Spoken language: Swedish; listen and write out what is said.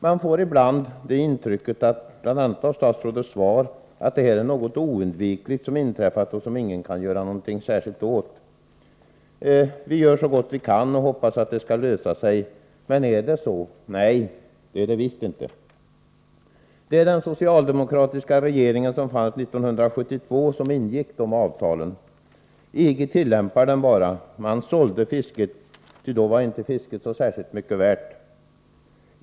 Man får ibland det intrycket, bl.a. av statsrådets svar, att det är något oundvikligt som inträffat och som ingen kan göra något åt. Vi gör så gott vi kan och hoppas att det skall lösa sig, säger man. Men är det så? Nej, det är det visst inte. Det var den socialdemokratiska regering som fanns 1972 som ingick dessa avtal. EG tillämpar dem bara. Regeringen sålde fisket, ty då var inte fisket så mycket värt.